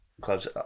Clubs